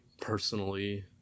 personally